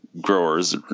growers